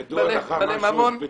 ידוע לך משהו ספציפי?